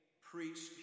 preached